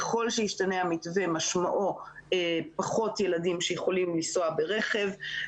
ככל שישתנה המתווה משמעו פחות ילדים שיכולים לנסוע ברכב.